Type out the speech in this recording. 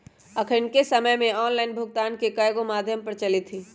अखनिक समय में ऑनलाइन भुगतान के कयगो माध्यम प्रचलित हइ